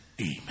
Amen